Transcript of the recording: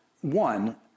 one